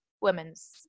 women's